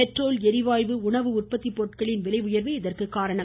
petrol ளிவாயு உணவு உற்பத்தி பொருட்களின் விலை உயர்வே இதற்கு காரணம்